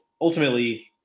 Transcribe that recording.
Ultimately